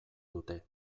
dute